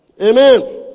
amen